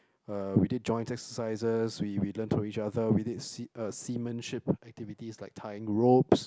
uh we did joint exercises we we learn from each other we did sea uh seamanship activities like tying ropes